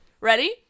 ready